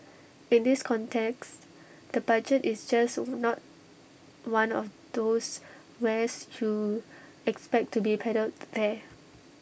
in this context the budget is just not one of those wares you expect to be peddled there